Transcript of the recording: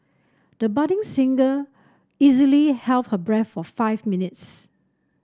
the budding singer easily her breath for five minutes